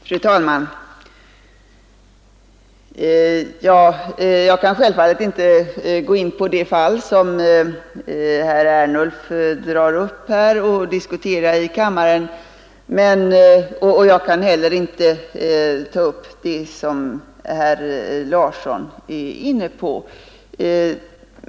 Fru talman! Jag kan självfallet inte gå in i någon diskussion om det fall som herr Ernulf drar upp här, och jag kan heller inte ta upp det som herr Larsson i Staffanstorp är inne på.